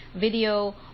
Video